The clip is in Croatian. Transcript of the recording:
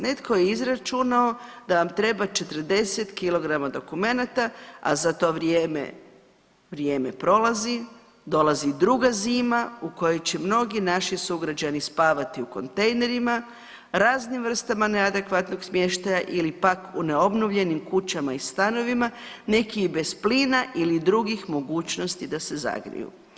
Netko je izračunao da vam treba 40 kg dokumenata, a za to vrijeme, vrijeme prolazi dolazi druga zima u kojoj će mnogi naši sugrađani spavati u kontejnerima, raznim vrstama neadekvatnog smještaja ili pak u neobnovljenim kućama i stanovima neki i bez plina ili drugih mogućnosti da se zagriju.